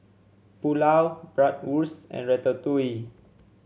Pulao Bratwurst and Ratatouille